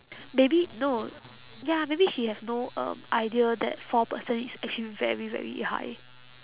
maybe no ya maybe she has no um idea that four percent is actually very very high